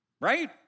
right